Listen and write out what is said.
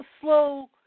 slow